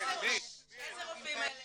איזה רופאים אלה,